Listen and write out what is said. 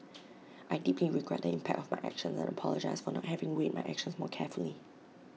I deeply regret the impact of my actions and apologise for not having weighed my actions more carefully